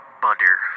butter